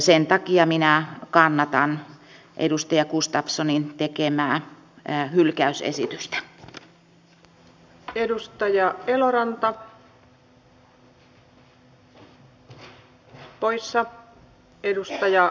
sen takia minä kannatan edustaja gustafssonin tekemää hylkäysesitystä